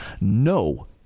No